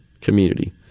community